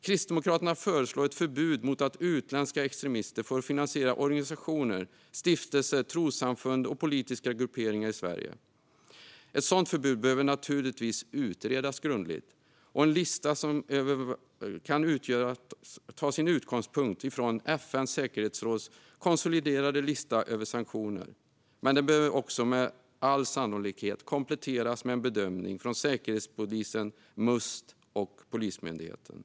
Kristdemokraterna föreslår ett förbud mot att utländska extremister får finansiera organisationer, stiftelser, trossamfund och politiska grupperingar i Sverige. Ett sådant förbud behöver naturligtvis utredas grundligt. En lista man kan ta sin utgångspunkt ifrån är FN:s säkerhetsråds konsoliderade lista över sanktioner, men den behöver också med all sannolikhet kompletteras med en bedömning från Säkerhetspolisen, Must och Polismyndigheten.